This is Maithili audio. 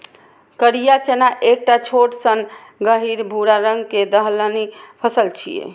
करिया चना एकटा छोट सन गहींर भूरा रंग के दलहनी फसल छियै